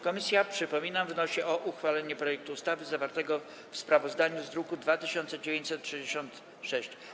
Komisja, przypominam, wnosi o uchwalenie projektu ustawy zawartego w sprawozdaniu w druku nr 2966.